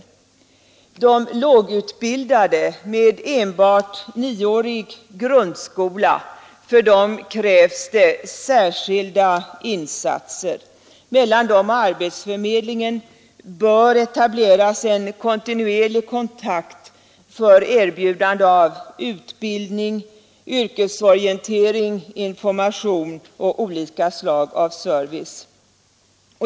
För de lågutbildade med enbart nioårig grundskola krävs det särskilda insatser. Mellan dem och arbetsförmedlingen bör etableras en kontinuerlig kontakt för erbjudande av utbildning, yrkesorientering, information och olika slag av service.